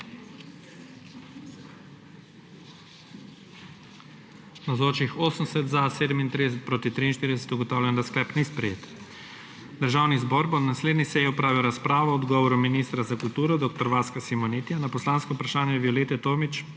je glasovalo 37.) (Proti 43.) Ugotavljam, da sklep ni sprejet. Državni zbor bo na naslednji seji opravil razpravo o odgovoru ministra za kulturo dr. Vaska Simonitija na poslansko vprašanje Violete Tomić